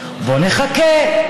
בוא נחכה,